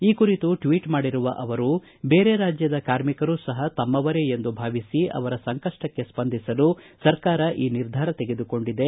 ಈ ಕುರಿತು ಟ್ವೀಟ್ ಮಾಡಿರುವ ಅವರು ದೇರೆ ರಾಜ್ಯದ ಕಾರ್ಮಿಕರೂ ಸಹ ತಮ್ಮವರೇ ಎಂದು ಭಾವಿಸಿ ಅವರ ಸಂಕಷ್ಸಕ್ಕೆ ಸ್ಪಂದಿಸಲು ಸರ್ಕಾರ ಈ ನಿರ್ಧಾರ ತೆಗೆದುಕೊಂಡಿದೆ